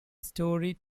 story